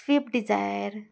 swift Dzire